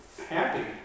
happy